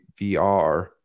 VR